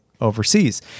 overseas